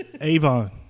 Avon